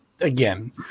again